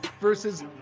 versus